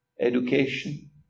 Education